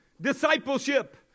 discipleship